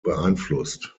beeinflusst